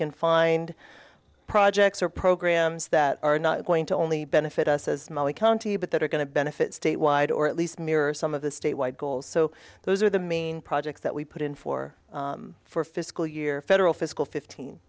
can find projects or programs that are not going to only benefit us as my county but that are going to benefit statewide or at least nearer some of the state wide goals so those are the main projects that we put in for for fiscal year federal fiscal fifteen